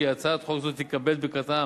כי הצעת חוק זו תקבל את ברכתכם,